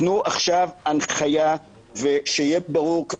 תנו עכשיו הנחיה ושיהיה ברור,